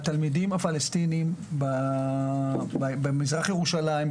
התלמידים במזרח ירושלים,